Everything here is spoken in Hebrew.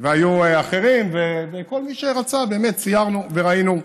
והיו אחרים, וכל מי שרצה, באמת, סיירנו וראינו.